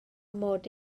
mod